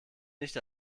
nicht